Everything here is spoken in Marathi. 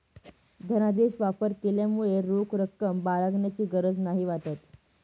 धनादेश वापर केल्यामुळे रोख रक्कम बाळगण्याची गरज नाही वाटत